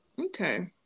Okay